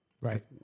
Right